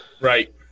Right